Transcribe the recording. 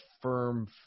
firm